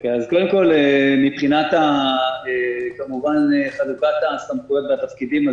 מבחינת חלוקת הסמכויות והתפקידים,